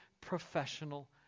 professional